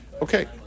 Okay